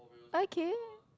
okay